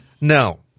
no